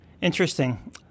Interesting